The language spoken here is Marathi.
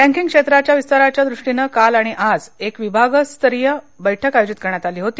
बँकींग क्षेत्राच्या विस्ताराच्या द्रष्टीनं काल आणि आज एक विभागस्तरीय बैठक आयोजित करण्यात आली होती